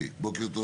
בוקר טוב